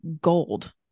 gold